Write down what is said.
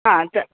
हा तर